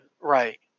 right